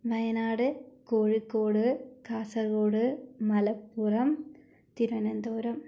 Wayanad Kozhikode Kasaragod Malappuram Thiruvananthapuram